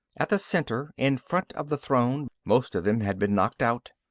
at the center, in front of the throne, most of them had been knocked out.